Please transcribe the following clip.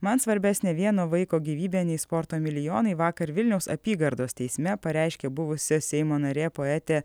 man svarbesnė vieno vaiko gyvybė nei sporto milijonai vakar vilniaus apygardos teisme pareiškė buvusi seimo narė poetė